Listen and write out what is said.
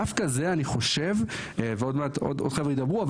דווקא זה אני חושב ועוד מעט עוד חבר'ה ידברו,